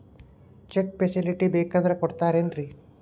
Check facility ಬೇಕಂದ್ರ ಕೊಡ್ತಾರೇನ್ರಿ?